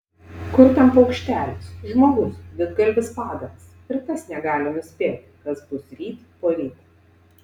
kur ten paukštelis žmogus didgalvis padaras ir tas negali nuspėti kas bus ryt poryt